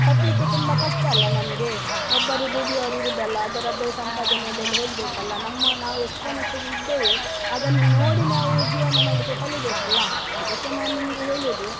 ಕಟ್ಟಲಿಕ್ಕೆ ತುಂಬ ಕಷ್ಟ ಅಲ್ವ ನಮಗೆ ಒಬ್ಬರು ದುಡಿಯೋರು ಇರುವುದಲ್ಲ ಅದರದ್ದೇ ಸಂಪಾದನೆಯಲ್ಲಿ ಎಲ್ಲ ಹೋಗಬೇಕಲ್ಲ ನಮ್ಮ ನಾವು ಎಷ್ಟರ ಮಟ್ಟಿಗೆ ಇದ್ದೇವೆ ಅದನ್ನು ನೋಡಿ ನಾವು ಜೀವನ ಮಾಡಲಿಕ್ಕೆ ಕಲೀಬೇಕಲ್ವ ಅದಕ್ಕೆ ನಾನು ನಿಮಗೆ ಹೇಳುವುದು